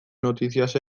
noticias